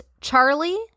Charlie